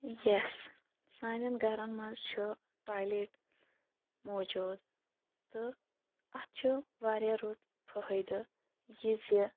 ییٚس سانین گَرَن منٛز چھُ ٹالیٹ موٗجوٗد تہٕ اَتھ چھُ واریاہ رُت فٲیِدٕ یہِ زِ